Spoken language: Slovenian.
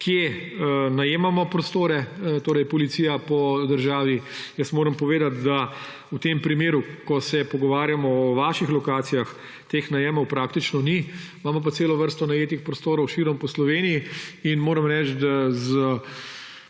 kjer najemamo prostore, torej policija po državi. Povedati moram, da v tem primeru, ko se pogovarjamo o vaših lokacijah, teh najemov praktično ni, imamo pa celo vrsto najetih prostorov širom po Sloveniji in moram reči, da z